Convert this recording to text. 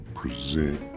present